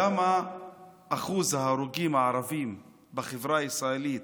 למה שיעור ההרוגים הערבים בחברה הישראלית